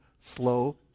slow